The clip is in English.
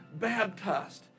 baptized